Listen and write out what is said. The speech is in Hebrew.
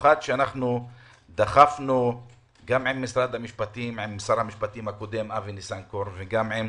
במיוחד כשאנחנו דחפנו גם עם שר המשפטים הקודם אבי ניסנקורן וגם עם